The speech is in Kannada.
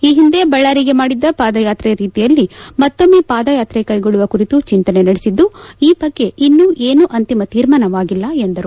ಈ ಹಿಂದೆ ಬಳ್ಳಾರಿಗೆ ಮಾಡಿದ್ದ ಪಾದಯಾತ್ರೆ ರೀತಿಯಲ್ಲಿ ಮತ್ತೊಮ್ನೆ ಪಾದಯಾತ್ರೆ ಕೈಗೊಳ್ಳುವ ಕುರಿತು ಚಿಂತನೆ ನಡೆಸಿದ್ದು ಈ ಬಗ್ಗೆ ಇನ್ನೂ ಏನೂ ಅಂತಿಮ ತೀರ್ಮಾನವಾಗಿಲ್ಲ ಎಂದರು